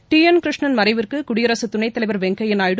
D N Krishnan மறைவிற்கு குடியரசு துணைத்தலைவர் வெங்கையா நாயுடு